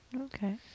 Okay